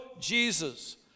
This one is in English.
Jesus